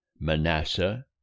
Manasseh